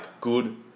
good